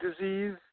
disease